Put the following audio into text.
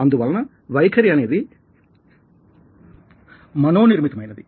అందువలన వైఖరి అనేది మనో నిర్మితమైనది